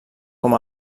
com